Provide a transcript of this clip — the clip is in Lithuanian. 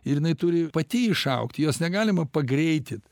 ir jinai turi pati išaugti jos negalima pagreitint